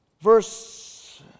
Verse